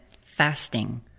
fasting